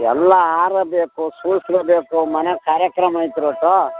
ಎಲ್ಲ ಹಾರ ಬೇಕು ಸೂಸ್ಲು ಬೇಕು ಮನೇಗೆ ಕಾರ್ಯಕ್ರಮ ಐತ್ರಪಾ